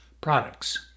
products